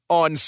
on